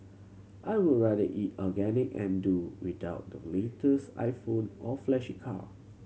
I would rather eat organic and do without the latest iPhone or flashy car